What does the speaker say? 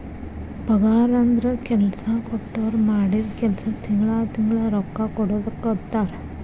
ಪಗಾರಂದ್ರ ಕೆಲ್ಸಾ ಕೊಟ್ಟೋರ್ ಮಾಡಿದ್ ಕೆಲ್ಸಕ್ಕ ತಿಂಗಳಾ ತಿಂಗಳಾ ರೊಕ್ಕಾ ಕೊಡುದಕ್ಕಂತಾರ